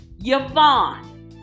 Yvonne